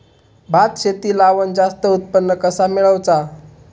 भात शेती लावण जास्त उत्पन्न कसा मेळवचा?